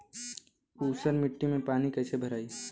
ऊसर मिट्टी में पानी कईसे भराई?